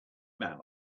man